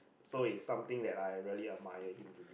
so is something that I really admire him